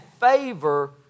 favor